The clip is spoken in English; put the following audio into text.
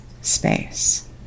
space